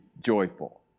joyful